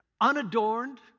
unadorned